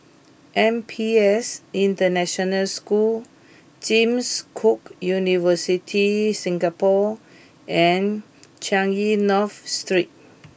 N P S International School James Cook University Singapore and Changi North Street